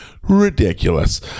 ridiculous